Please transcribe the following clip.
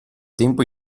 tempo